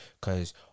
Cause